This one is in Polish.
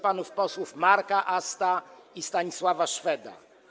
panów posłów Marka Asta i Stanisława Szweda.